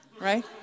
right